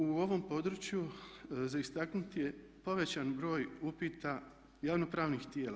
U ovom području za istaknuti je povećan broj upita javnopravnih tijela.